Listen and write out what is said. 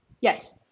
Yes